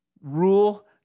Rule